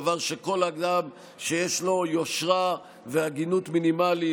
דבר שכל אדם שיש לו יושרה והגינות מינימליים